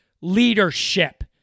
leadership